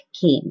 came